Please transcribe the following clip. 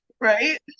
right